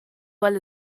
well